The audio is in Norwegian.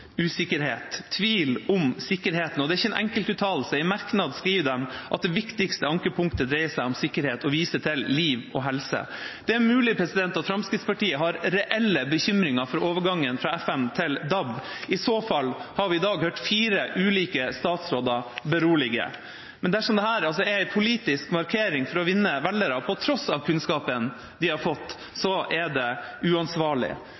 usikkerhet, tvil om sikkerheten, og det er ikke en enkeltuttalelse. I merknadene skriver de at det viktigste ankepunktet dreier seg om sikkerhet, og de viser til liv og helse. Det er mulig at Fremskrittspartiet har reelle bekymringer for overgangen fra FM til DAB. I så fall har vi i dag hørt fire ulike statsråder berolige. Men dersom dette er en politisk markering for å vinne velgere på tross av kunnskapen de har fått, er det uansvarlig.